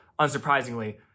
unsurprisingly